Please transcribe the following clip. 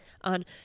on